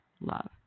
love